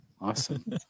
Awesome